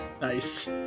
nice